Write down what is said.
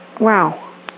Wow